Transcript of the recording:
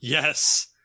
Yes